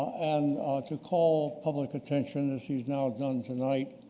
and to call public attention as he's now done tonight,